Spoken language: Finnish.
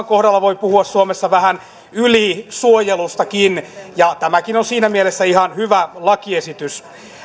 kohdalla voi puhua suomessa vähän ylisuojelustakin ja tämäkin on siinä mielessä ihan hyvä lakiesitys